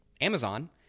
Amazon